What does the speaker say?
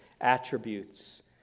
attributes